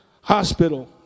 Hospital